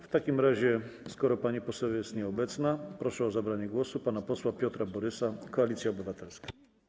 W takim razie, skoro pani poseł jest nieobecna, proszę o zabranie głosu pana posła Piotra Borysa, Koalicja Obywatelska.